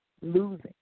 losing